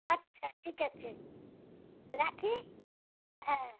আচ্ছা ঠিক আছে রাখি হ্যাঁ